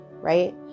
right